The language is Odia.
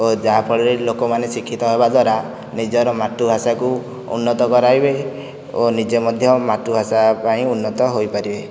ଓ ଯାହା ଫଳରେ ଲୋକମାନେ ଶିକ୍ଷିତ ହେବା ଦ୍ୱାରା ନିଜର ମାତୃଭାଷାକୁ ଉନ୍ନତ କରାଇବେ ଓ ନିଜେ ମଧ୍ୟ ମାତୃଭାଷା ପାଇଁ ଉନ୍ନତ ହୋଇପାରିବେ